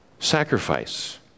sacrifice